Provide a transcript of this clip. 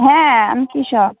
হ্যাঁ আমি কৃষক